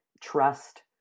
trust